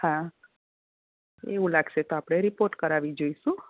હા એવું લગશે તો આપડે રિપોર્ટ કરવી જોઇશું